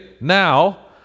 now